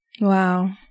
Wow